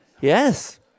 yes